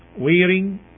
wearing